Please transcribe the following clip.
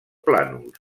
plànols